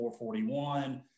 441